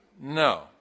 No